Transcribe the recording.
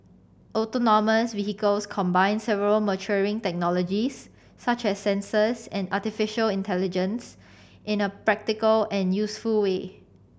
autonomous vehicles combine several maturing technologies such as sensors and artificial intelligence in a practical and useful way